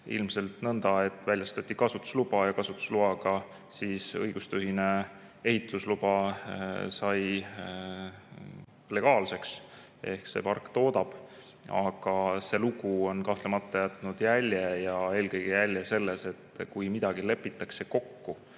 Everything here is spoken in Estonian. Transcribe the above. Ilmselt nõnda, et väljastati kasutusluba ja kasutusloaga sai õigustühine ehitusluba legaalseks, ehk see park toodab. Aga see lugu on kahtlemata jätnud jälje ja eelkõige jälje selles, et kui midagi lepitakse kokku,